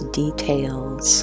details